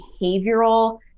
behavioral